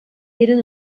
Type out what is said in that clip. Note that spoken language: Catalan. eren